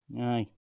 Aye